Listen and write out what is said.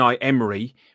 Emery